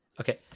Okay